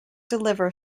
deliver